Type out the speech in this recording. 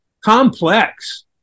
complex